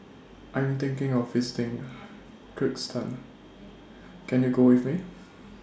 I Am thinking of visiting Kyrgyzstan Can YOU Go with Me